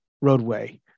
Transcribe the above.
roadway